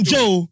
Joe